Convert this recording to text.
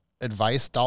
advice